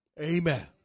Amen